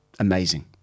Amazing